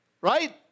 Right